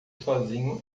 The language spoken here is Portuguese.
sozinho